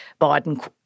Biden